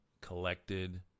collected